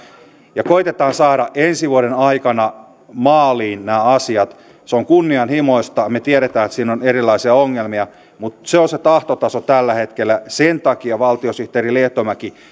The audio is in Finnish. ja koetetaan saada ensi vuoden aikana maaliin nämä asiat se on kunnianhimoista me tiedämme että siinä on erilaisia ongelmia mutta se on se tahtotaso tällä hetkellä sen takia valtiosihteeri lehtomäki